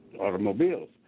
automobiles